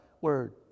word